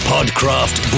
PodCraft